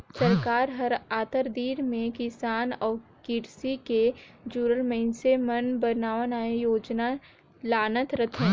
सरकार हर आंतर दिन किसान अउ किरसी ले जुड़ल मइनसे मन बर नावा नावा योजना लानत रहथे